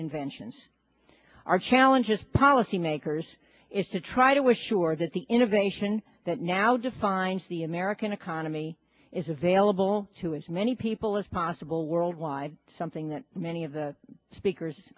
inventions our challenges policymakers is to try to assure that the innovation that now defines the american economy is available to as many people as possible worldwide something that many of the speakers